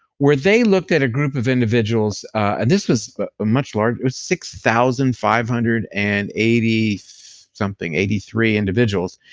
where they looked at a group of individuals, and this was a much larger, it was six thousand five hundred and eighty something, eighty three individuals,